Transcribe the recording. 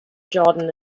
jordan